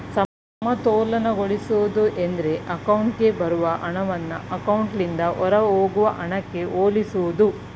ಸಮತೋಲನಗೊಳಿಸುವುದು ಎಂದ್ರೆ ಅಕೌಂಟ್ಗೆ ಬರುವ ಹಣವನ್ನ ಅಕೌಂಟ್ನಿಂದ ಹೊರಹೋಗುವ ಹಣಕ್ಕೆ ಹೋಲಿಸುವುದು